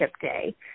day